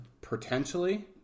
potentially